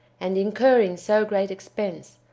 and incurring so great expense,